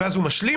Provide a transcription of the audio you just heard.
ואז הוא משלים,